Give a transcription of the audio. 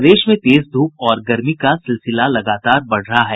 प्रदेश में तेज धूप और गर्मी का सिलसिला लगातार बढ़ रहा है